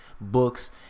books